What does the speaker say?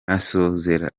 masozera